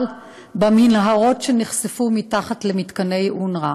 במנהרות שנחשפו מתחת למתקני אונר"א.